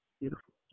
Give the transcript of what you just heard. beautiful